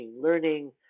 learning